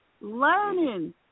Learning